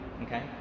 okay